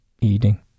Eating